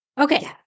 Okay